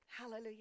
Hallelujah